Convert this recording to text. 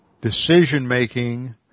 decision-making